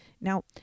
Now